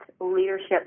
leadership